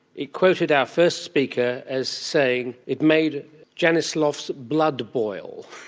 it quoted our first speaker as saying it made janice lough's blood boil.